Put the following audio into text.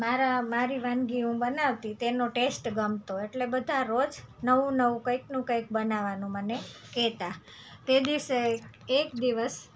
મારા મારી વાનગી હું બનાવતી તેનો ટેસ્ટ ગમતો એટલે બધા રોજ નવું નવું કંઈકનું કંઈક બનાવવાનું મને કહેતા તે દિવસે એક દિવસ